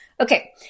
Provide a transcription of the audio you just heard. okay